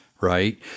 right